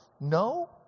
No